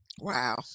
Wow